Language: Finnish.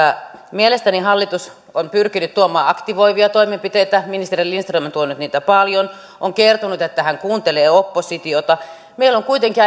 mielestäni hallitus on pyrkinyt tuomaan aktivoivia toimenpiteitä ministeri lindström on tuonut niitä paljon on kertonut että hän kuuntelee oppositiota meillä on kuitenkin